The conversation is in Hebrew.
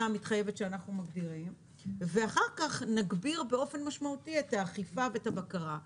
המתחייבת שאנחנו מכירים ואחר כך נגביר באופן משמעותי את האכיפה ואת הבקרה.